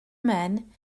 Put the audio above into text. men